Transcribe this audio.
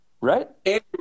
right